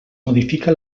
modifica